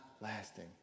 lasting